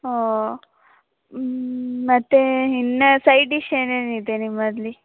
ಓ ಮತ್ತು ಇನ್ನು side dish ಏನೇನು ಇದೆ ನಿಮ್ಮಲ್ಲಿ